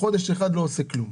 חודש אחד לא עושה כלום.